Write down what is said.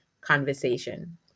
conversation